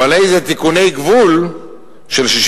ועל איזה תיקוני גבול של 67'